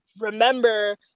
remember